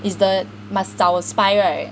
is the must 找 spy right